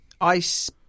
Ice